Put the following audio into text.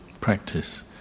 practice